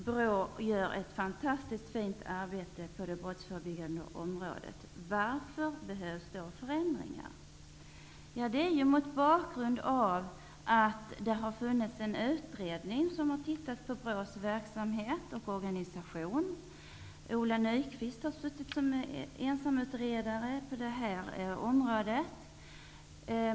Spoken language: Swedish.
BRÅ gör ett fantastiskt fint arbete på det brottsförebyggande området. Varför behövs då förändringar? Det har funnits en utredning som har tittat på BRÅ:s verksamhet och organisation. Ola Nyquist har suttit som ensamutredare på detta område.